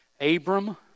Abram